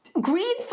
green